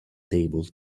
table